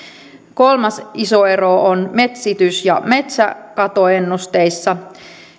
kolmas iso ero on metsitys ja metsäkatoennusteissa